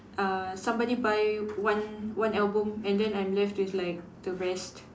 uh somebody buy one one album and then I'm left with like the rest